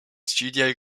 studio